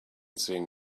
seeing